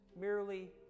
merely